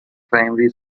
primary